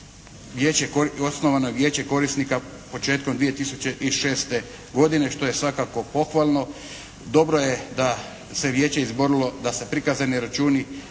osnovano je Vijeće korisnika početkom 2006. godine, što je svakako pohvalno. Dobro je da se je Vijeće izborilo da se prikazani računi,